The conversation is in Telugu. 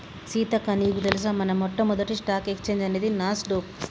సీతక్క నీకు తెలుసా మన మొట్టమొదటి స్టాక్ ఎక్స్చేంజ్ అనేది నాస్ డొక్